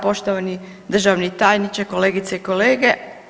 Poštovani državni tajniče, kolegice i kolege.